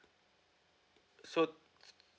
so